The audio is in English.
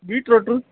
beetroot